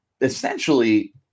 essentially